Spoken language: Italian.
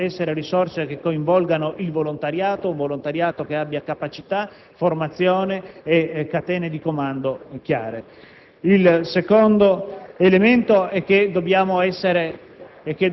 devono essere risorse che coinvolgano il volontariato, un volontariato che abbia capacità, formazione e catene di comando chiare. Inoltre, dobbiamo essere